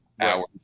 hours